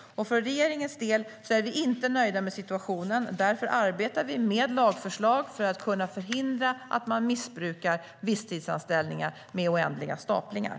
För regeringens del är vi inte nöjda med situationen. Därför arbetar vi med lagförslag för att kunna förhindra att man missbrukar visstidsanställningar med oändliga staplingar.